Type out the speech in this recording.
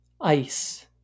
ice